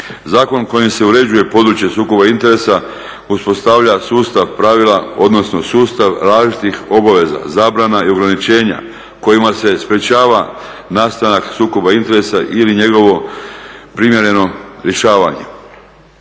Zakonom kojim se uređuje područje sukob interesa uspostavlja sustav pravila odnosno sustav različitih obaveza, zabrana i ograničenja kojima se sprečava nastanak sukoba interesa ili njegovo primjereno rješavanje.